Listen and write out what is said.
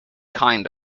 kind